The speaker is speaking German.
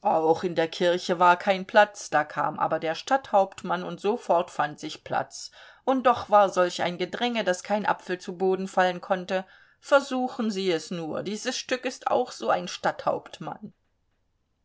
auch in der kirche war kein platz da kam aber der stadthauptmann und sofort fand sich platz und doch war solch ein gedränge daß kein apfel zu boden fallen konnte versuchen sie es nur dieses stück ist auch so ein